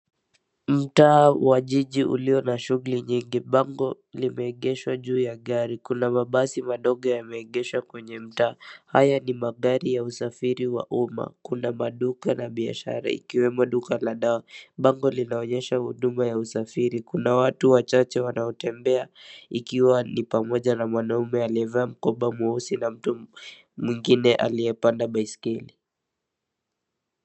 Mtaa wa jiji ulio na shughuli nyingi, bango limeegeshwa juu ya gari kuna mabasi madogo yameegeshwa kwenye mtaa haya ni magari ya usafiri wa umma, kuna maduka na biashara ikiwemo duka la dawa, bango linaonyesha huduma ya usafiri, kuna watu wachache wanaotembea.